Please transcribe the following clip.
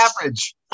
average